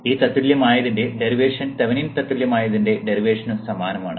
ഈ തത്തുല്യമായതിന്റെ derivation Thevenin തത്തുല്യമായതിന്റെ ഡെറിവേഷനു സമാനമാണ്